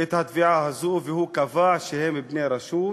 את התביעה הזו והוא קבע שהם בני רשות